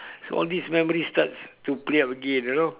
so all this memories starts to play up again you know